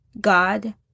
God